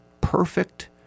perfect